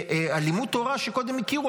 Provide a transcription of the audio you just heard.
כי היועצת המשפטית החליטה שלימוד התורה שקודם הכירו,